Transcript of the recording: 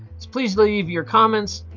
please leave your comments